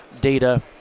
data